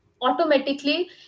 automatically